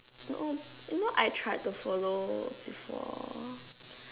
no you know I tried to follow before